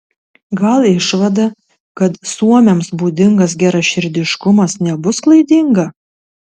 gal išvada kad suomiams būdingas geraširdiškumas nebus klaidinga